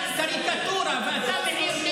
מה לכם ולאיש